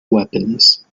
weapons